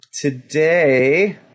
Today